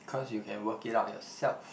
cause you can work it out yourself